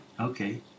Okay